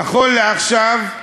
נכון לעכשיו,